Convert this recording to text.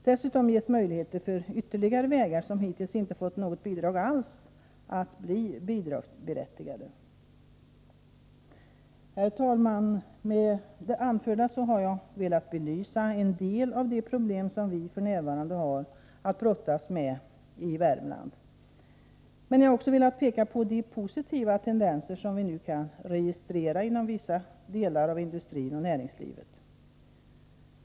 Dessutom ges möjligheter för ytterligare vägar, som hittills inte fått något bidrag alls, att bli bidragsberättigade. Herr talman! Med det anförda har jag velat belysa en del av de problem som vi f.n. har att brottas med i Värmland. Men jag har också velat peka på de positiva tendenser som vi nu kan registrera inom vissa delar av industrin och näringslivet i övrigt.